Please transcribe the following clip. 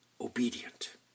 obedient